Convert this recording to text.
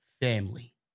family